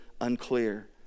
unclear